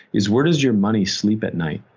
is where does your money sleep at night?